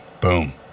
Boom